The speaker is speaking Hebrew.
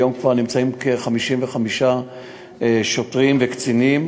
והיום כבר נמצאים כ-55 שוטרים וקצינים.